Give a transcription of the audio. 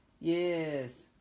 Yes